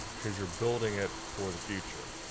cause you're building it for the future.